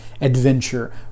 adventure